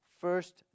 first